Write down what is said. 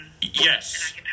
yes